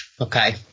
Okay